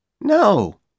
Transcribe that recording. No